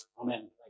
Amen